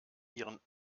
ihren